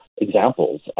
examples